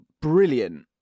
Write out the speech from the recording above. brilliant